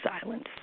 silence